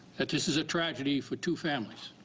that this is a tragedy for two families.